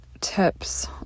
tips